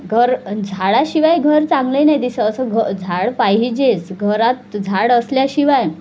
घर झाडाशिवाय घर चांगले नाही दिसं असं घ झाड पाहिजेच घरात झाड असल्याशिवाय